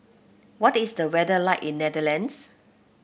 what is the weather like in Netherlands